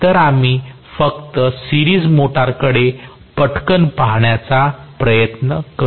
तर आम्ही फक्त सिरीज मोटरकडे पटकन पाहण्याचा प्रयत्न करू